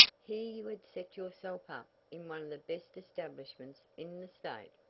here you had set yourself up in one of the best establishments in the state.